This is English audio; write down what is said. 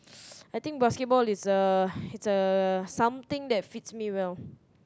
I think basketball is uh it's uh something that fits me well